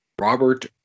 Robert